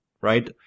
right